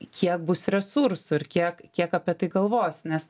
kiek bus resursų ir kiek kiek apie tai galvos nes